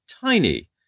tiny